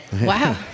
Wow